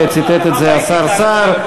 ציטט את זה השר סער.